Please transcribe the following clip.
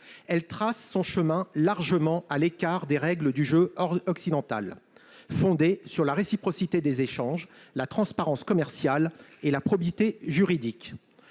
elle trace son chemin largement à l'écart des règles du jeu occidentales, fondées sur la réciprocité des échanges, sur la transparence commerciale et sur la probité juridique.